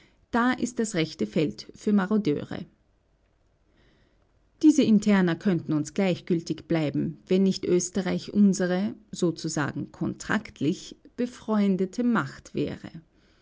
da ist das rechte feld für marodeure diese interna könnten uns gleichgültig bleiben wenn nicht österreich unsere sozusagen kontraktlich befreundete macht wäre